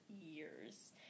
years